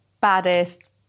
baddest